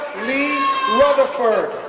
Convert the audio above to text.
lee rutherford